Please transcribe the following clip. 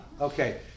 okay